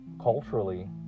culturally